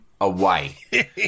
away